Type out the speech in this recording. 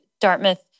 Dartmouth